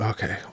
Okay